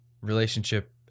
relationship